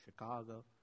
Chicago